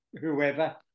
whoever